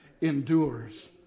endures